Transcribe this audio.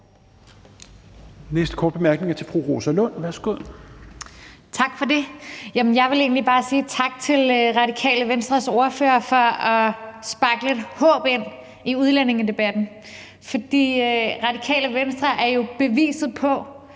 næste korte bemærkning er til fru Rosa Lund. Værsgo. Kl. 11:12 Rosa Lund (EL): Tak for det. Jeg vil egentlig bare sige tak til Radikale Venstres ordfører for at sparke lidt håb ind i udlændingedebatten. For Radikale Venstre er jo beviset på,